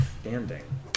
standing